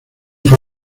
fue